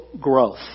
growth